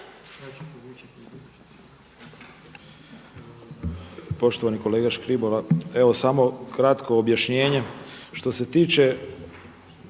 Poštovani kolega Škribola, evo samo kratko objašnjenje.